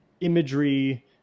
imagery